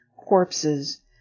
corpses